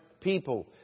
people